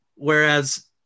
Whereas